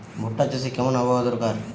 ভুট্টা চাষে কেমন আবহাওয়া দরকার?